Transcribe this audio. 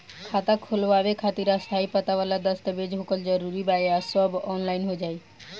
खाता खोलवावे खातिर स्थायी पता वाला दस्तावेज़ होखल जरूरी बा आ सब ऑनलाइन हो जाई?